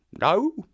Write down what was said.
No